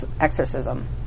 exorcism